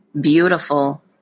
beautiful